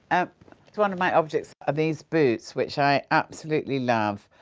ah one of my objects are these boots which i absolutely love,